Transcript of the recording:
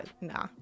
nah